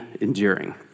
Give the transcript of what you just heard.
enduring